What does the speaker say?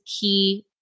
key